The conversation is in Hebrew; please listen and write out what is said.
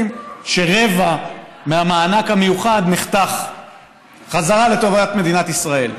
שרבע מהמענק המיוחד נחתך חזרה לטובת מדינת ישראל.